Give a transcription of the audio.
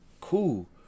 Cool